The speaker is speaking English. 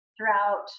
throughout